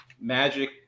Magic